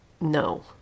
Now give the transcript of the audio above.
no